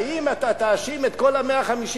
האם אתה תאשים את כל ה-150,000?